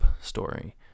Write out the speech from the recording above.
story